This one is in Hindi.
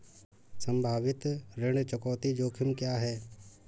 संभावित ऋण चुकौती जोखिम क्या हैं?